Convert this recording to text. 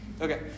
Okay